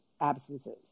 absences